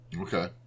Okay